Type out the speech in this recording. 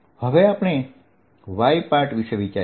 હવે આપણે Y part વિશે વિચારીએ